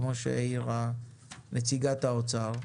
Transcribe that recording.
כמו שהעירה נציגת האוצר,